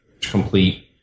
complete